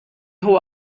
hohe